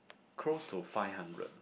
close to five hundred